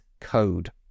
Code